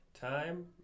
Time